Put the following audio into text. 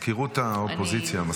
מזכירות האופוזיציה.